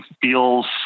feels